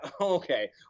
Okay